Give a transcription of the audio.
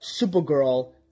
Supergirl